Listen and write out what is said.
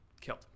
killed